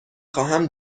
خواهم